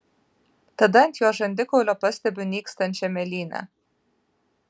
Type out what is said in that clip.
tada ant jo žandikaulio pastebiu nykstančią mėlynę